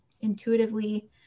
intuitively-